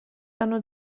hanno